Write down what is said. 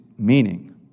Meaning